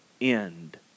end